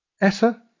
Essa